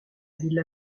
villa